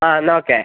ആ എന്നാൽ ഓക്കെ